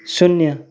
शून्य